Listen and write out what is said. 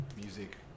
music